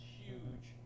huge